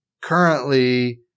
currently